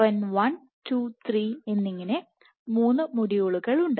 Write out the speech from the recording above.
N 1 2 3 എന്നിങ്ങനെ 3 മൊഡ്യൂളുകൾ ഉണ്ട്